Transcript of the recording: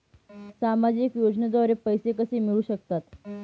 सामाजिक योजनेद्वारे पैसे कसे मिळू शकतात?